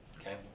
Okay